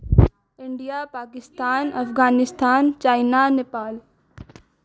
India Pakistan Afghanistan China Nepal